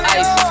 ice